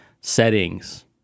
settings